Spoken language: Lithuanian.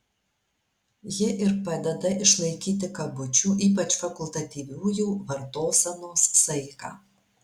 ji ir padeda išlaikyti kabučių ypač fakultatyviųjų vartosenos saiką